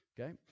okay